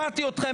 אני שומעת את זה.